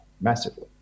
massively